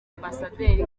ambasaderi